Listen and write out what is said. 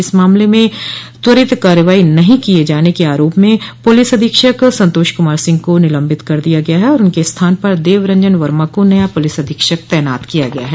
इस मामले में त्वरित कार्रवाई नहीं किये जाने के आरोप में पुलिस अधीक्षक संतोष कुमार सिंह को निलम्बित कर दिया गया है और उनके स्थान पर देवरंजन वर्मा को नया पुलिस अधीक्षक तैनात किया गया है